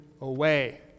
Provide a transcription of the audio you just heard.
away